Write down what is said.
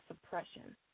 suppression